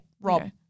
Rob